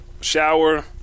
shower